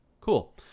cool